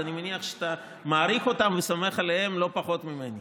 אז אני מניח שאתה מעריך אותם וסומך עליהם לא פחות ממני,